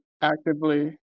actively